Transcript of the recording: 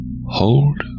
Hold